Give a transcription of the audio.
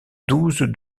douze